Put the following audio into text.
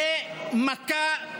זו מכה,